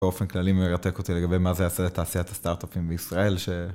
באופן כללי מרתק אותי לגבי מה זה יעשה לתעשיית הסטארטאפים בישראל.